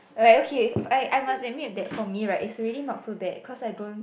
like okay I I must admit that for me right it's already not so bad cause I don't